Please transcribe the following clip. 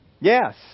Yes